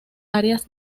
áreas